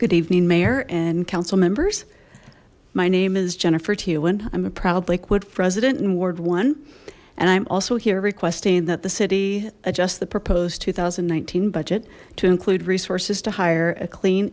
good evening mayor and council members my name is jennifer teeuwen i'm a proud lakewood president in ward one and i'm also here requesting that the city adjusts the proposed two thousand and nineteen budget to include resources to hire a clean